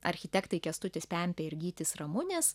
architektai kęstutis pempė ir gytis ramunis